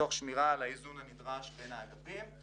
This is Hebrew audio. מתוך שמירה על האיזון הנדרש בין האגפים.